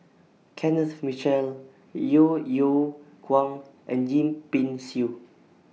Kenneth Mitchell Yeo Yeow Kwang and Yip Pin Xiu